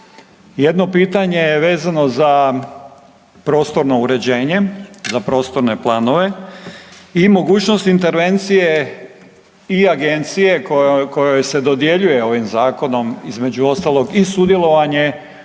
Jedno pitanje je vezano za prostorno uređenje za prostorne planove i mogućnost intervencije i agencije kojoj se dodjeljuje ovim zakonom između ostalog i sudjelovanje